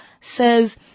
says